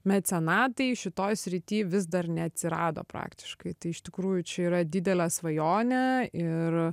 mecenatai šitoj srity vis dar neatsirado praktiškai tai iš tikrųjų čia yra didelė svajonė ir